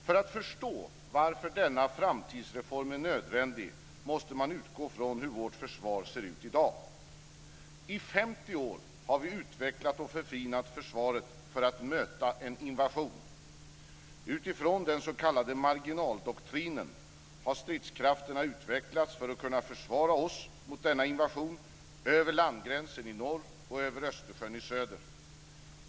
För att förstå varför denna framtidsreform är nödvändig måste man utgå från hur vårt försvar ser ut i dag. I 50 år har vi utvecklat och förfinat försvaret för att möta en invasion. Utifrån den s.k. marginaldoktrinen har stridskrafterna utvecklats för att kunna försvara oss mot denna invasion över landgränsen i norr och över Östersjön i söder.